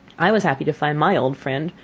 i was happy to find my old friend,